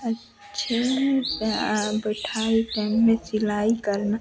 अच्छे हैं बिठाई के हमें सिलाई करना